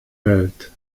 welt